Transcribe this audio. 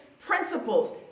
principles